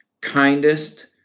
kindest